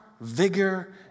vigor